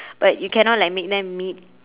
but you cannot like make them meet